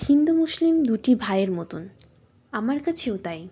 Hindu Muslim দুটি ভাইয়ের মতন আমার কাছেও তাই